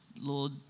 Lord